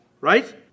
right